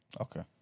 Okay